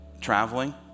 traveling